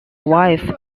wife